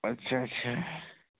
अच्छा अच्छा